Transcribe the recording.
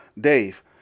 Dave